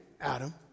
Adam